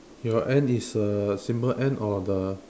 your and is a symbol and or the